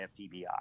FTBI